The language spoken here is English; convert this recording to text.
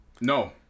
No